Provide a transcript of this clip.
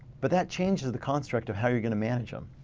but that changes the construct of how you're going to manage them.